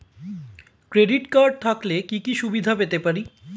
Credit card থাকলে কি কি সুবিধা পেতে পারি?